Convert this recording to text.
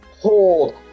hold